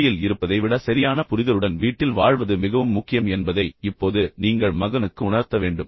வெளியில் இருப்பதை விட சரியான புரிதலுடன் வீட்டில் வாழ்வது மிகவும் முக்கியம் என்பதை இப்போது நீங்கள் மகனுக்கு உணர்த்த வேண்டும்